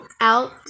out